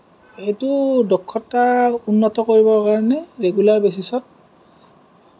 এইটো দক্ষতা উন্নত কৰিবৰ কাৰণে ৰেগুলাৰ বেচিছত